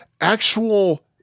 actual